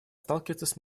сталкиваться